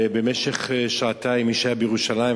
ובמשך שעתיים, מי שהיה בירושלים,